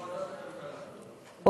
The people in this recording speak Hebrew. הנושא בוועדת הכלכלה.